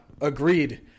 agreed